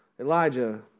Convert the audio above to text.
Elijah